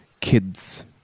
kids